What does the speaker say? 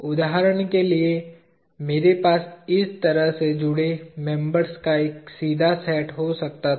उदाहरण के लिए मेरे पास इस तरह से जुड़े मेंबर्स का एक सीधा सेट हो सकता है